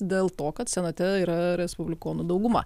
dėl to kad senate yra respublikonų dauguma